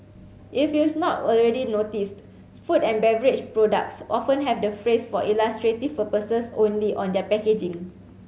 if you've not already noticed food and beverage products often have the phrase for illustrative purposes only on their packaging